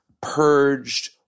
purged